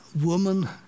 woman